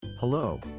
hello